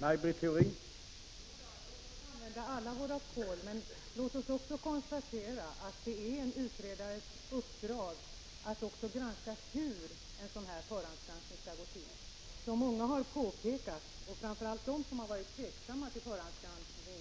Herr talman! Låt oss gärna använda alla våra kol, men låt oss också konstatera att det är en utredares uppdrag att undersöka hur en förhandsgranskning skall gå till. Som många har påpekat, och då framför allt de som har varit tveksamma till förhandsgranskning,